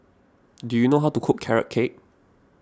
do you know how to cook Carrot Cake